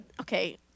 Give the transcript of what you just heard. Okay